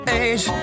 age